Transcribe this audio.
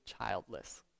childless